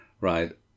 right